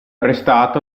arrestato